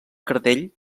cartell